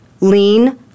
lean